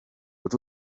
what